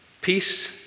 Peace